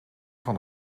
van